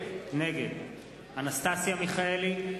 נגד אנסטסיה מיכאלי,